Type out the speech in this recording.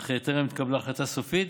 אך טרם התקבלה החלטה סופית,